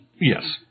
Yes